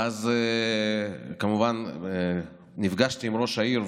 ואז כמובן נפגשתי עם ראש העיר,